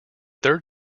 third